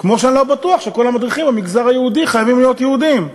כמו שאני לא בטוח שכל המדריכים במגזר היהודי חייבים להיות יהודים.